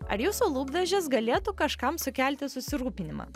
ar jūsų lūpdažis galėtų kažkam sukelti susirūpinimą